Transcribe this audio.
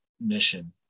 mission